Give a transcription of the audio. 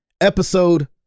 episode